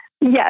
Yes